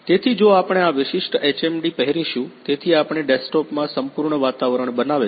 તેથી જો આપણે આ વિશિષ્ટ HMD પહેરીશું તેથી આપણે ડેસ્કટોપ માં સંપૂર્ણ વાતાવરણ બનાવેલ છે